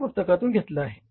च्या पुस्तकांमधून घेताला आहे